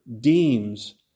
deems